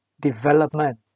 development